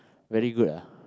very good ah